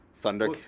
Thunder